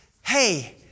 hey